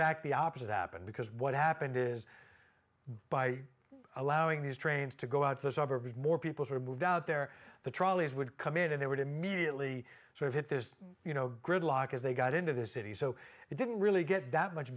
fact the opposite happened because what happened is by allowing these trains to go out to the suburbs more people were moved out there the trolleys would come in and they would immediately sort of hit this you know gridlock as they got into the city so it didn't really get that much